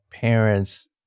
parents